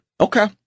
Okay